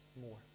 more